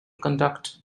conduct